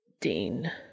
Dean